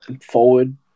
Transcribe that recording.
forward